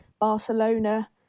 Barcelona